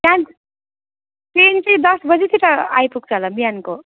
त्यहाँ ट्रेन चाहिँ दस बजेतिर आइपुग्छ होला बिहानको